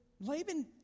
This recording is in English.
Laban